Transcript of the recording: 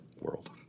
world